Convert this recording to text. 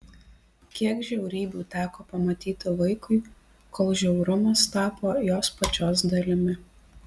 kiek žiaurybių teko pamatyti vaikui kol žiaurumas tapo jos pačios dalimi